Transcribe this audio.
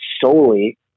solely